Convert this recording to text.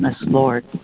Lord